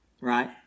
right